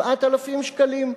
7,000 שקלים?